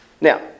Now